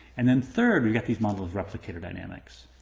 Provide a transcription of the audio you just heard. and then third, we've got these model of replicator dynamics.